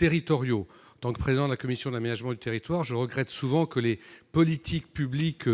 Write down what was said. En tant que président de la commission de l'aménagement du territoire, je regrette souvent que les politiques publiques